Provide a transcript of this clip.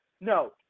No